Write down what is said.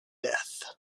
death